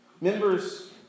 Members